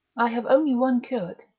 i have only one curate,